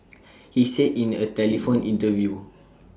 he said in A telephone interview